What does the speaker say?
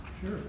Sure